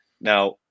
Now